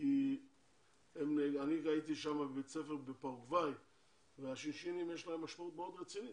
כי אני הייתי שם בבית ספר בפרגואי ולשינשינים יש משמעות מאוד רצינית,